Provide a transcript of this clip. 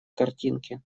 картинке